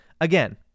again